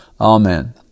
Amen